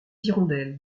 hirondelles